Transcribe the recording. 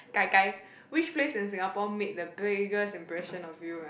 gai gai which place in Singapore made the biggest impression of you